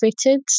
fitted